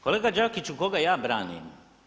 Kolega Đakiću, koga ja branim?